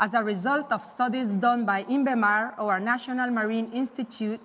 as a result of studies done by invemar or our national marine institute,